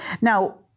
Now